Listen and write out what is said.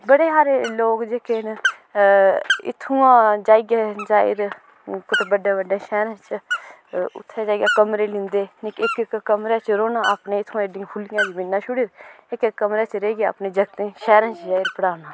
बड़े हारे लोक जेह्के न इत्थुआं जाइयै जा'इरी कुतै बड्डे बड्डे शैह्रें च उत्थें जाइयै कमरे लैंदे इक इक कमरे च रौह्ना अपने इत्थुआं एड्डियां खुल्लियां जमीनां छुड़ियै इक इक कमरे च रेहियै अपने जागतें गी शैह्रे च जाइयै पढ़ाना